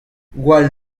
gwall